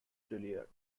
juilliard